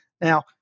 Now